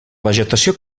vegetació